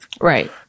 Right